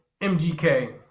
MGK